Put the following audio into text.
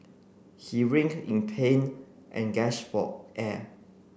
he in pain and for air